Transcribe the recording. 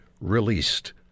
released